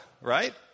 right